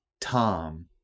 tom